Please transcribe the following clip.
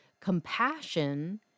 compassion